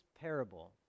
parable